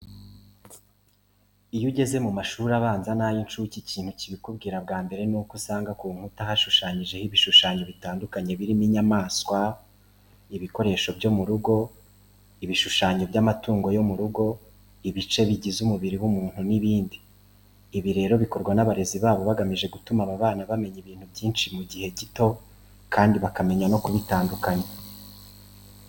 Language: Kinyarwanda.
Iyo ugeze mu mashuri abanza n'ay'incuke, ikintu kibikubwira bwa mbere ni uko usanga ku nkuta hashushanyijeho ibishushanyo bitandukanye birimo inyamaswa, ibikoresho byo mu rugo, ibishushanyo by'amatungo yo mu rugo, ibice bigize umubiri w'umuntu n'ibindi. Ibi rero bikorwa n'abarezi babo bagamije gutuma aba bana bamenya ibintu byinshi mu gihe gito kandi bakamenya no kubitandukanya.